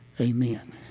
Amen